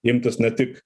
imtis ne tik